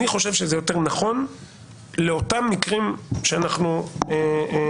אני חושב שזה יותר נכון לאותם מקרים שאנחנו מדברים